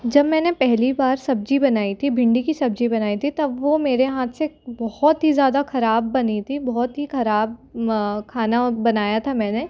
जब मैंने पहली बार सब्जी बनाई थी भिन्डी की सब्जी बनाई थी तब वो मेरे हाथ से बहुत ही ज़्यादा खराब बनी थी बहुत ही खराब खाना बनाया था मैंने